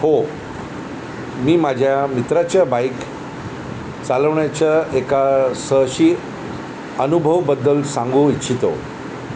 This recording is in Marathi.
हो मी माझ्या मित्राच्या बाईक चालवण्याच्या एका साहसी अनुभवबद्दल सांगू इच्छितो